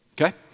okay